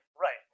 right